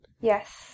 Yes